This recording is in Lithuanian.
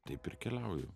taip ir keliauju